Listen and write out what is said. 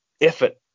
effort